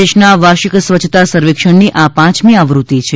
દેશના વાર્ષિક સ્વચ્છતા સર્વેક્ષણની આ પાંચમી આવૃત્તિ છે